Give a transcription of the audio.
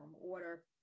order